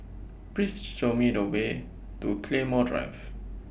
Please Show Me The Way to Claymore Drive